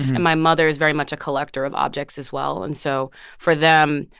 and my mother is very much a collector of objects as well. and so for them,